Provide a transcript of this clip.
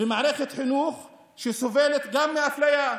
מערכת החינוך סובלת גם היא מאפליה.